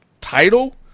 title